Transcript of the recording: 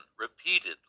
repeatedly